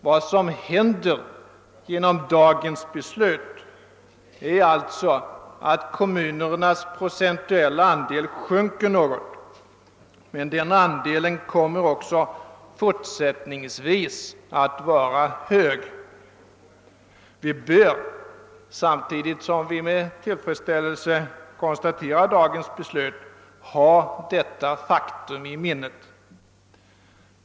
Vad som sker genom dagens beslut är att kommunernas procentuella andel sjunker något, men denna andel kommer också fortsättningsvis att vara hög. Samtidigt som vi med tillfredsställelse konstaterar dagens beslut bör vi ha detta faktum i minnet.